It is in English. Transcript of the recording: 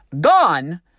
gone